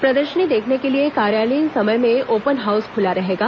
प्रदर्शनी देखने के लिए कार्यालयीन समय में ओपन हाउस खुला रहेगा